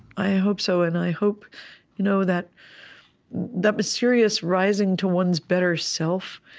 i hope so, and i hope you know that that mysterious rising to one's better self,